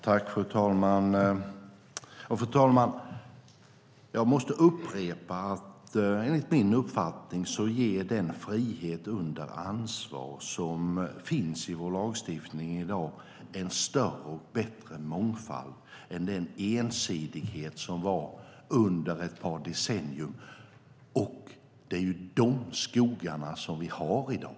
Fru talman! Jag måste upprepa att den frihet under ansvar som finns i vår lagstiftning i dag ger en bättre mångfald än den ensidighet som rådde under ett par decennier. Det är de skogarna vi har i dag.